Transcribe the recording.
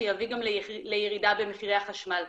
שיביא גם לירידה במחירי החשמל,